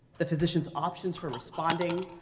the physician's options for responding,